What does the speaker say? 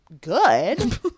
good